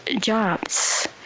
jobs